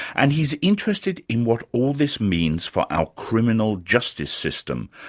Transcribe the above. and he's interested in what all this means for our criminal justice system,